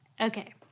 Okay